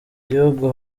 gihugu